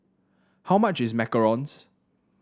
how much is macarons